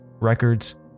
records